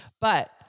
but-